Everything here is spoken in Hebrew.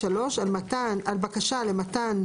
לגופו של עניין,